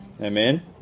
Amen